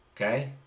Okay